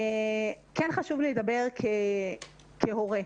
חשוב לי לדבר כהורה.